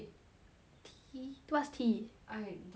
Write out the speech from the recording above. T what's T I don't know